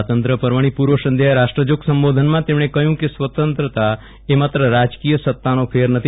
સ્વાતંત્રય પર્વની પૂર્વ સંઘ્યાએ રાષ્ટ્રજોગ સંબોધનમાં તેમણે કહયું કે સ્વતંત્રતા એ માત્ર રાજકીય સત્તાનો ફેર નથી